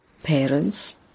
Parents